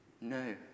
No